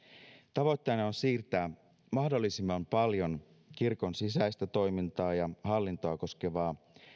tavoitteena on siirtää mahdollisimman paljon kirkon sisäistä toimintaa ja hallintoa koskevaa